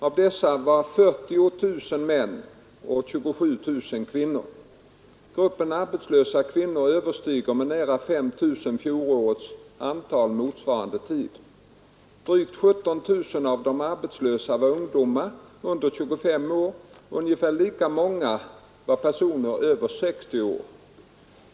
Av dessa var 40 000 män och 27 000 kvinnor. Gruppen arbetslösa kvinnor överstiger med nära 5 000 fjolårets antal motsvarande tid. Drygt 17 000 av de arbetslösa var ungdomar under 25 år och ungefär lika många var personer över 60 år.